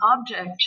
object